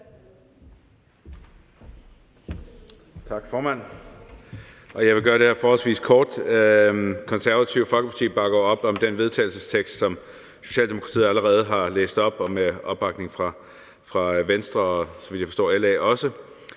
Tak, formand. Jeg vil gøre det her forholdsvis kort. Det Konservative Folkeparti bakker op om det forslag til vedtagelse, som Socialdemokratiet allerede har læst op, og som har opbakning fra Venstre og – så vidt jeg forstår – også